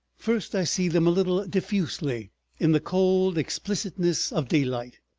first i see them a little diffusely in the cold explicitness of daylight,